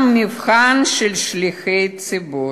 מבחן של שליחי ציבור.